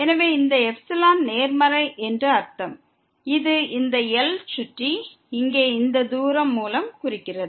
எனவே இந்த எப்சிலான் நேர்மறை என்று அர்த்தம் இந்த Lஐ சுற்றியுள்ள இந்த தூரத்தால் இது குறிக்கப்படுகிறது